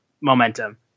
momentum